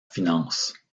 finances